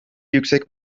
yüksek